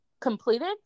completed